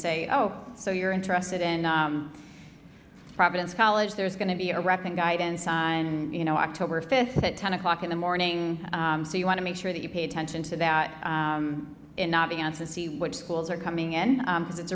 say oh so you're interested in providence college there's going to be a rep and guidance and you know october fifth at ten o'clock in the morning so you want to make sure that you pay attention to that and not be on to see what schools are coming in because it's